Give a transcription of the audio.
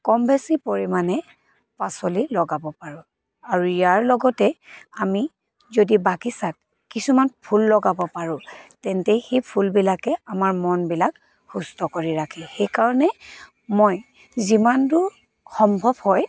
কম বেছি পৰিমাণে পাচলি লগাব পাৰোঁ আৰু ইয়াৰ লগতে আমি যদি বাগিচাত কিছুমান ফুল লগাব পাৰোঁ তেন্তে সেই ফুলবিলাকে আমাৰ মনবিলাক সুস্থ কৰি ৰাখে সেইকাৰণে মই যিমানদূৰ সম্ভৱ হয়